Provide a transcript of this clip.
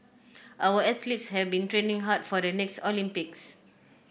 our athletes have been training hard for the next Olympics